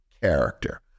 character